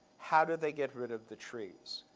how do they get rid of the trees?